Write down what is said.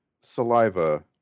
saliva